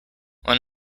one